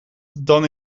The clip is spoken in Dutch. dan